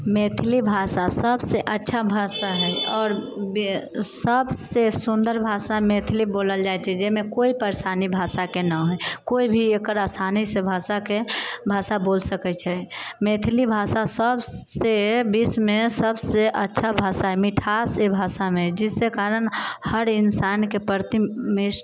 मैथिली भाषा सबसँ अच्छा भाषा है आओर सबसँ सुन्दर भाषा मैथिली बोलल जाइ छै जाहिमे कोइ परेशानी भाषाके नहि होइ कोइ भी एकरा आसानीसँ भाषाके भाषा बोल सकै छै मैथिली भाषा सबसँ विश्वमे सबसँ अच्छा भाषा मिठास है भाषामे जिसके कारण हर इंसानके प्रति